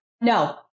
No